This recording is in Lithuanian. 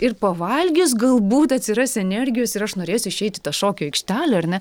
ir pavalgius galbūt atsiras energijos ir aš norėsiu išeit į tą šokių aikštelę ar ne